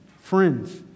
friends